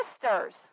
sisters